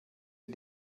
die